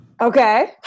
Okay